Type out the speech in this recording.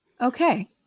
Okay